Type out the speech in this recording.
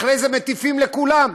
אחרי זה מטיפים לכולם,